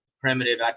primitive